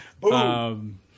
Boom